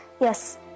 Yes